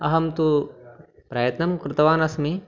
अहं तु प्रयत्नं कृतवान् अस्मि